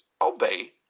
obey